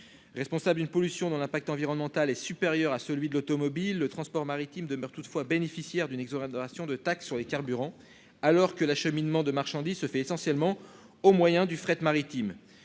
responsable une pollution dans l'impact environnemental est supérieur à celui de l'automobile, le transport maritime demeure toutefois bénéficiaire d'une exonération de taxe sur les carburants, alors que l'acheminement de marchandises se fait essentiellement au moyen du fret maritime,